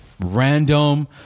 random